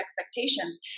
expectations